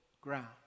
ground